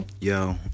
Yo